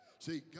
See